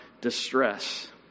distress